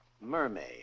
Mermaid